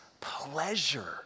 pleasure